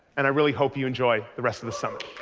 and i really hope you enjoy the rest of the seminar.